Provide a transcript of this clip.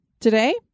Today